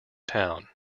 town